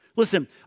Listen